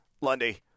Lundy